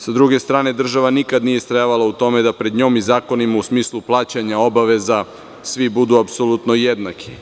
S druge strane, država nikada nije istrajavala u tome da pred njom i zakonima, u smislu plaćanja obaveza, svi budu apsolutno jednaki.